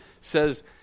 says